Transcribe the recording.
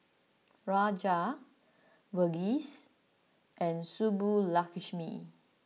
Raja Verghese and Subbulakshmi